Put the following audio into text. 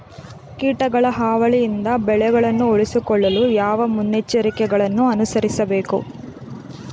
ಕೀಟಗಳ ಹಾವಳಿಯಿಂದ ಬೆಳೆಗಳನ್ನು ಉಳಿಸಿಕೊಳ್ಳಲು ಯಾವ ಮುನ್ನೆಚ್ಚರಿಕೆಗಳನ್ನು ಅನುಸರಿಸಬೇಕು?